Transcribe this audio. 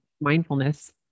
mindfulness